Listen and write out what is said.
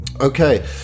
okay